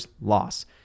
loss